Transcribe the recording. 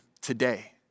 today